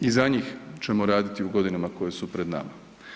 I za njih ćemo raditi u godinama koje su pred nama.